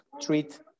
treat